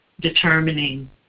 determining